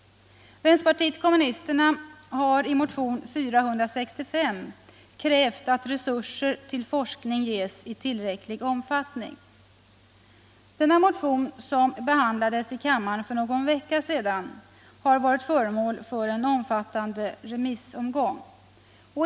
Vänsterpartiet kommunisterna har i motion 465 krävt resurser till forskning i tillräcklig omfattning. Denna motion, som behandlades i kammaren för någon vecka sedan, har varit föremål för en omfattande remissomgång.